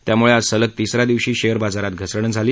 त्याम्ळे आज सलग तिसऱ्या दिवशी शेअर बाजारात घसरण झाली